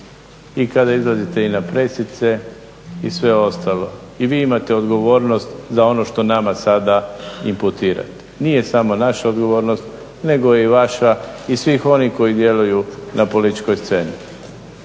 I kada izlazite i na pressice i sve ostalo. I vi imate odgovornost za ono što nama sada imputira. Nije samo naša odgovornost nego i vaša i svih onih koji djeluju na političkoj sceni.